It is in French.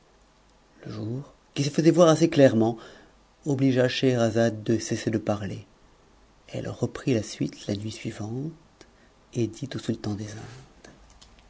le jour qui se faisait voir assez clairement obligea scheherazade w cesser de parler hl e reprit la suite la nuit suivante et dit au sultan indes